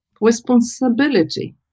responsibility